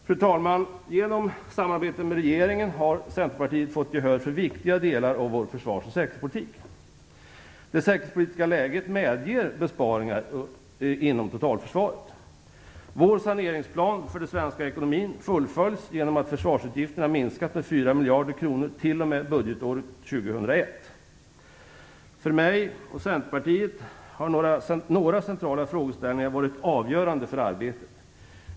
Fru talman! Genom samarbete med regeringen har Centerpartiet fått gehör för viktiga delar av vår försvars och säkerhetspolitik. Det säkerhetspolitiska läget medger besparingar inom totalförsvaret. Vår saneringsplan för den svenska ekonomin fullföljs genom att försvarsutgifterna minskas med 4 miljarder kronor t.o.m. budgetåret 2001. För mig och Centerpartiet har några centrala frågeställningar varit avgörande för arbetet.